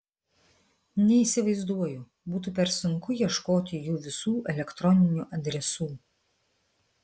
neįsivaizduoju būtų per sunku ieškoti jų visų elektroninių adresų